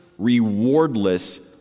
rewardless